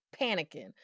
panicking